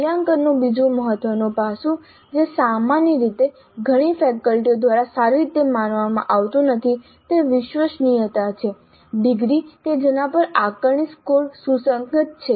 મૂલ્યાંકનનું બીજું મહત્વનું પાસું જે સામાન્ય રીતે ઘણી ફેકલ્ટીઓ દ્વારા સારી રીતે માનવામાં આવતું નથી તે વિશ્વસનીયતા છે ડિગ્રી કે જેના પર આકારણી સ્કોર સુસંગત છે